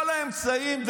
כל האמצעים,